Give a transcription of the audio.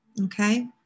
Okay